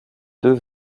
deux